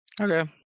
Okay